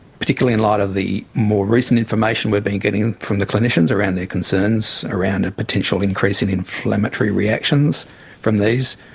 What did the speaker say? particularly in light of the more recent information we've been getting from the clinicians around their concerns, around a potential increase in inflammatory reactions from these,